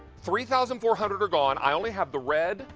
three thousand four hundred are gone. i only have the read,